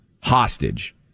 hostage